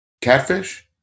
Catfish